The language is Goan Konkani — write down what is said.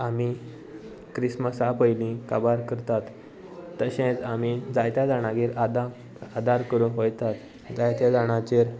आमी क्रिस्मसा पयलीं काबार करतात तशेंच आमी जायत्या जाणागेर आद आदार करूंक वयतात जायत्या जाणांचेर